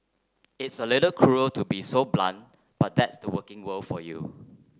it's a little cruel to be so blunt but that's the working world for you